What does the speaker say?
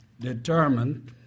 determined